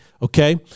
Okay